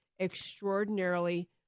extraordinarily